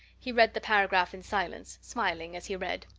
he read the paragraph in silence, smiling as he read.